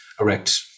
erect